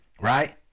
right